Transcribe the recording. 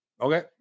Okay